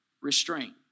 restraint